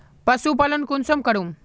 पशुपालन कुंसम करूम?